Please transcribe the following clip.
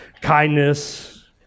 kindness